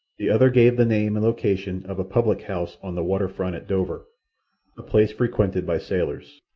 the other gave the name and location of a public-house on the water-front at dover a place frequented by sailors.